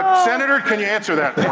senator, can you answer that